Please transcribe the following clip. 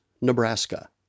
Nebraska